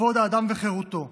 כבוד האדם וחירותו,